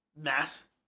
mass